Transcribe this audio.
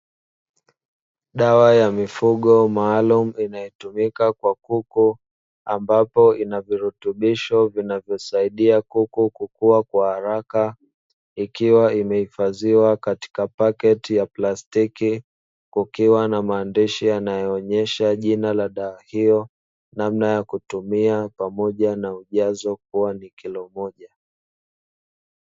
Dawa ya mifugo maalumu inayotumika kwa kuku ambapo ina virutubisho ambavyo vinavyosaidia kuku kukua kwa haraka, ikiwa imehifadhiwa katika pakiti ya plastiki kukiwa na maandishi yanayoonesha jina la dawa hio, namna ya kutumia pamoja na ujazo kuwa ni kilo moja.